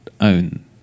own